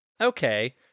Okay